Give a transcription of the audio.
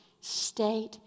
state